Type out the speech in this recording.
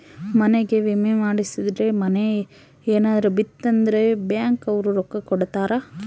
ಮನಿಗೇ ವಿಮೆ ಮಾಡ್ಸಿದ್ರ ಮನೇ ಯೆನರ ಬಿತ್ ಅಂದ್ರ ಬ್ಯಾಂಕ್ ಅವ್ರು ರೊಕ್ಕ ಕೋಡತರಾ